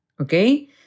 Okay